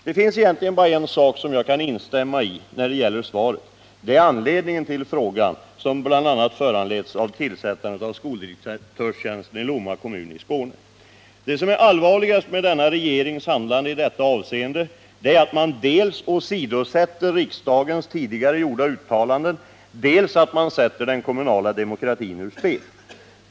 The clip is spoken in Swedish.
Det finns egentligen bara en sak jag kan hålla med om i Birgit Rodhes svar på min fråga, nämligen att anledningen till denna bl.a. är tillsättandet av skoldirektörstjänsten i Lomma kommun i Skåne. Det som är allvarligast med denna regerings handlande i detta avseende är att man dels åsidosätter riksdagens tidigare gjorda uttalande, dels sätter den kommunala demokratin ur spel.